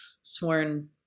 sworn